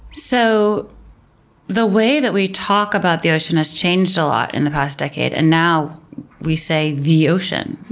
so the way that we talk about the ocean has changed a lot in the past decade and now we say the ocean.